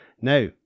Now